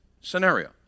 scenario